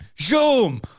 zoom